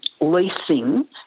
leasing